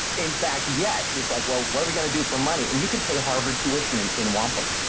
in fact, yes. it's like, well, what are we going to do for money? and you can pay harvard tuition in, in wampum.